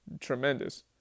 tremendous